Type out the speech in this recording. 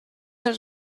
els